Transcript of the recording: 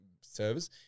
service